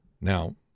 Now